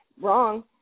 wrong